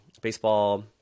baseball